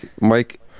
mike